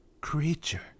creature